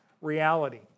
reality